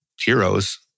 heroes